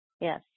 Yes